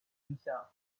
himself